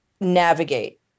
navigate